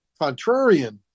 contrarian